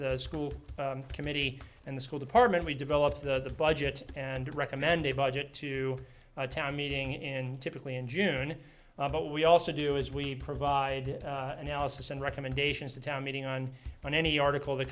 the school committee and the school department we develop the budget and recommend a budget to a town meeting and typically in june but we also do is we provide analysis and recommendations to town meeting on on any article that